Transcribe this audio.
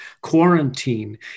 quarantine